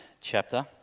chapter